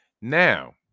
now